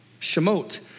Shemot